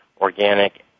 organic